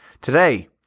Today